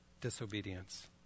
disobedience